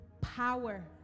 power